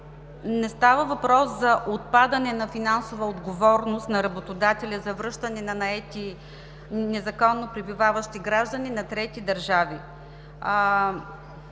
не става въпрос за отпадане на финансовата отговорност на работодателя, за връщане на незаконно пребиваващи граждани на трети държави.